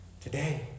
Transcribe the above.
today